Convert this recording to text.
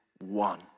one